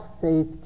faith